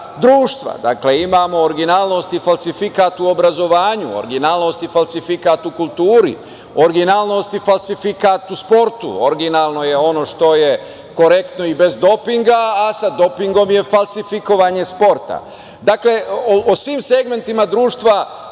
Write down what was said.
Imamo originalnost i falsifikat u obrazovanju, original i falsifikat u kulturi, original i falsifikat u sportu. Originalno je ono što je korektno i bez dopinga, a sa dopingom je falsifikovanje sporta.O svim segmentima društva možemo